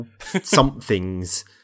somethings